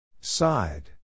side